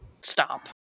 stop